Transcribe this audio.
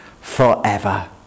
forever